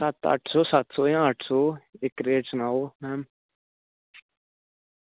सत्त अट्ठ सौ सत्त सौ जां अट्ठ सौ इक रेट सनाओ